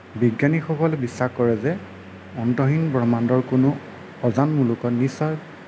বিজ্ঞানী সকলে বিশ্বাস কৰে যে অন্তহীন ব্ৰহ্মাণ্ডৰ কোনো অজান মুলুকত নিশ্চয়